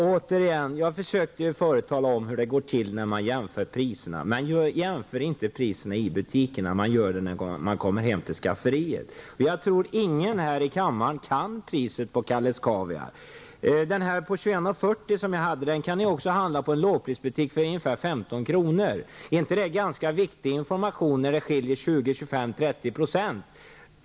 Fru talman! Jag försökte tala om hur det går till att jämföra priserna. Man jämför inte priserna i butikerna, utan man gör det när man kommer hem till skafferiet. Jag tror inte att någon i kammaren vet priset på Kalles Kaviar. Den tub som jag fick tag på till priset 21:40 kan inhandlas i en lågprisbutik för ungefär 15 kr. Är det inte viktig information när det skiljer 20-- 30 % på priset?